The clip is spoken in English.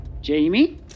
Jamie